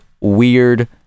weird